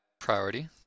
priority